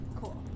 Cool